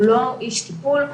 הוא לא איש טיפול,